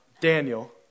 Daniel